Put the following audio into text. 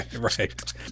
right